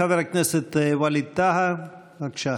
חבר הכנסת ווליד טאהא, בבקשה.